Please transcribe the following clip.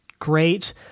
great